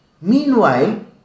Meanwhile